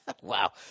Wow